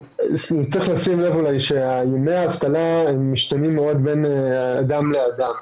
צריך לשים לב שימי אבטלה משתנים מאוד בין אדם לאדם.